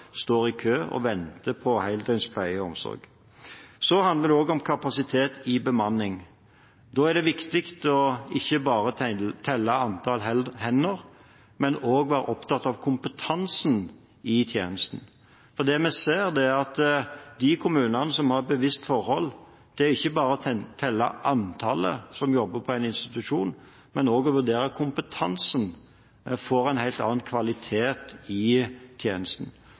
står i kø og venter på heldøgns pleie og omsorg. Så handler det også om kapasitet når det gjelder bemanning. Da er det viktig ikke bare å telle antall hender, men også å være opptatt av kompetansen på tjenesten. For det vi ser, er at de kommunene som har et bevisst forhold til ikke bare å telle antallet som jobber på en institusjon, men også å vurdere kompetansen, får en helt annen kvalitet på tjenesten.